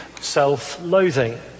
self-loathing